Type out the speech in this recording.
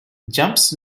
jumps